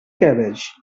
cabbage